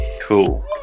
Cool